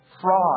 fraud